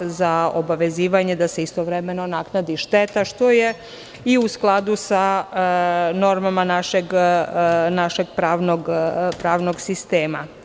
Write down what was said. uz obavezivanje da se istovremeno naknadi šteta, što je i u skladu sa normama našeg pravnog sistema.